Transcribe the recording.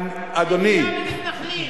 מדינה ומתנחלים,